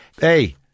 Hey